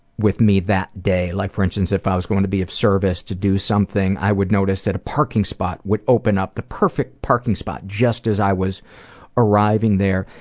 with me that day. like for instance if i was going to be of service to do something i would notice that a parking spot would open up the perfect parking spot just as i was arriving there.